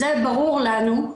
שלום נילי.